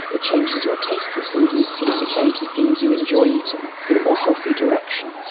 it changes your taste for food, and it seems to change the things you enjoy eating in a more healthy direction.